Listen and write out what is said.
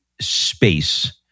space